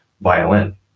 violin